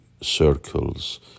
circles